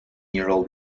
year